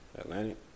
Atlantic